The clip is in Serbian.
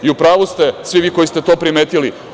U pravu ste svi vi koji ste to primetili.